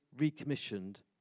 recommissioned